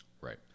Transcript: Right